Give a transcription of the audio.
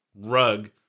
rug